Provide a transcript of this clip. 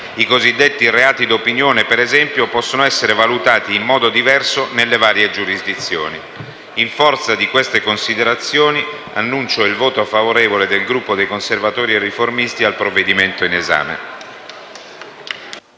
i cosiddetti reati d'opinione - possono essere valutati in modo diverso nelle varie giurisdizioni. In forza di queste considerazioni, dichiaro il voto favorevole del Gruppo dei Conservatori e Riformisti al provvedimento in esame.